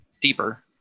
deeper